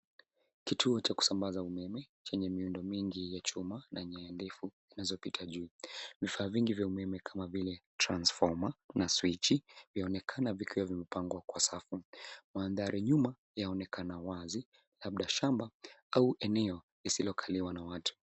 Kituo cha kusambaza umeme chenye miundo mingi ya chuma na nyaya ndefu zinazopita juu. Vifaa vingi vya umeme kama vile transfoma na swichi vyaonekana vikiwa vimepangwa kwa safu. Mandhari nyuma yaonekana wazi, labda shamba au eneo lisilokaliwa na watu.